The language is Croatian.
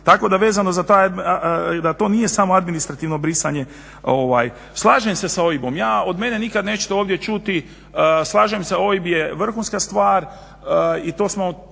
Tako da vezano za taj, da to nije samo administrativno brisanje. Slažem se sa OIB-om, ja od, od mene nikad nećete ovdje čuti, slažem se OIB je vrhunska stvar, i to smo